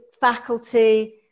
faculty